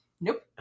Nope